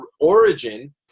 origin